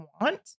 want